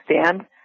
stand